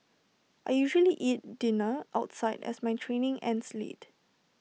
I usually eat dinner outside as my training ends late